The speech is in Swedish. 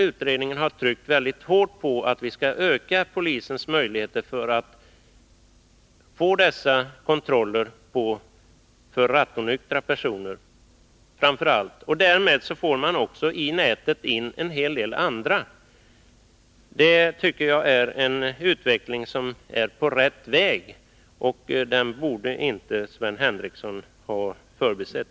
Utredningen har tryckt mycket hårt på att vi skall öka polisens möjligheter att kontrollera framför allt nykterheten i trafiken. Därmed får man också i nätet in en hel del andra som bryter mot gällande trafikbestämmelser. Jag tycker att det är en riktig utveckling, och den borde inte Sven Henricsson ha förbisett.